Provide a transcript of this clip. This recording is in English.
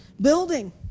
building